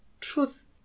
truth